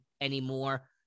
anymore